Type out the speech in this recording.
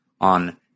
on